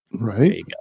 Right